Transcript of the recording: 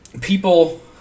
People